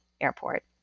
Airport